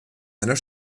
einer